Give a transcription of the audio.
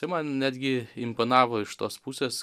tai man netgi imponavo iš tos pusės